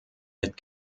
mit